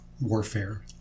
warfare